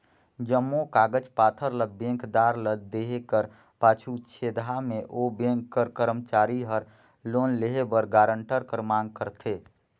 जम्मो कागज पाथर ल बेंकदार ल देहे कर पाछू छेदहा में ओ बेंक कर करमचारी हर लोन लेहे बर गारंटर कर मांग करथे